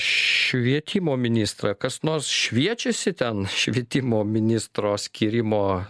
švietimo ministrą kas nors šviečiasi ten švietimo ministro skyrimo